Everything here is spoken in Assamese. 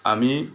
আমি